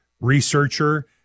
researcher